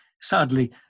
sadly